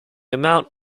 amount